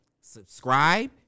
subscribe